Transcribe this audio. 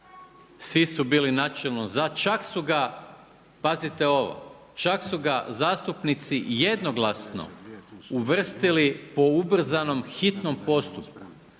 Svi su bili načelno za. Čak su ga pazite ovo, čak su ga zastupnici jednoglasno uvrstili po ubrzanom hitnom postupku.